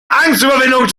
angstüberwindung